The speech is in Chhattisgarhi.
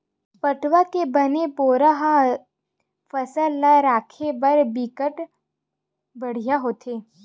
पटवा के बने बोरा ह फसल ल राखे बर बिकट बड़िहा होथे